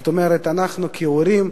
זאת אומרת, אנחנו כהורים,